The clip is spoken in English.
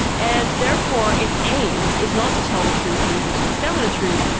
and therefore its aim is not to tell the truth or even to discover the truth,